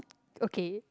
okay